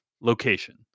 location